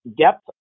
depth